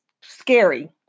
scary